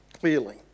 clearly